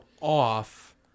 off